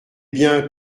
bien